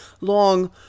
long